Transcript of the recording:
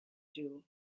joule